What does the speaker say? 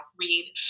read